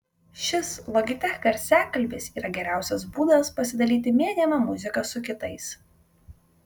šis logitech garsiakalbis yra geriausias būdas pasidalyti mėgiama muzika su kitais